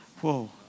Whoa